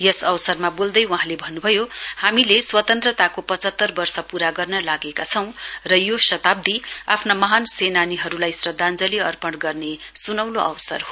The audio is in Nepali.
यस अवसरमा बोल्दै वहाँले भन्नुभयो हामीले स्वतन्त्रताको पचहत्तर वर्ष पूरा गर्न लागेको छौं र यो शताब्दी आफ्ना महान सेनानीहरूलाई श्रद्वाञ्जली अर्पण गर्ने स्नौलो अवसर हो